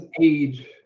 age